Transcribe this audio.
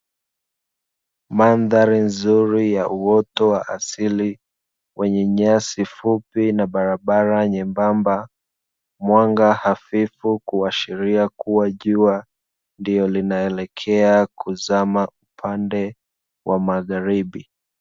Mandhari nzuri ya uoto wa asili, wenye nyasi fupi na barabara nyembamba, mwanga hafifu kuashiria kuwa jua, ndiyo linaelekea kuzama upande wa magharibi.